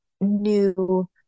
new